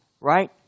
Right